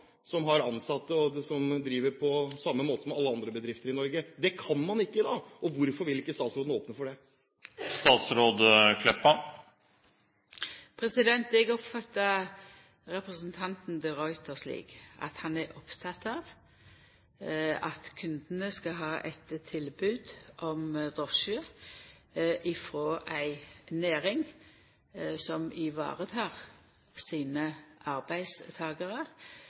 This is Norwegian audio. som har ansatte, og som driver på samme måte som alle andre bedrifter i Norge. Det kan man ikke i dag. Hvorfor vil ikke statsråden åpne for det? Eg oppfatta representanten de Ruiter slik at han er oppteken av at kundane skal ha eit tilbod om drosje frå ei næring som varetek arbeidstakarane sine.